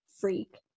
freak